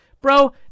Bro